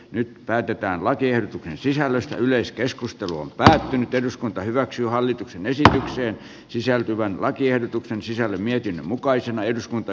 nyt päätetään lakiehdotuksen sisällöstä yleiskeskustelu on päättynyt eduskunta hyväksyy hallituksen esitykseen sisältyvän lakiehdotuksen sisällä mietin mukaisena eduskunta